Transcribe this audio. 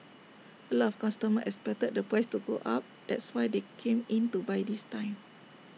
A lot of customers expected the price to go up that's why they came in to buy this time